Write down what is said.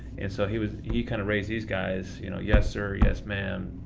and so he was he kinda raised these guys, you know yes sir, yes ma'am,